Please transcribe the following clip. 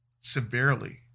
severely